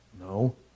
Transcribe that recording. No